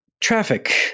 traffic